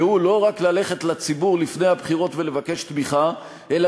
וזה לא רק ללכת לציבור לפני הבחירות ולבקש תמיכה אלא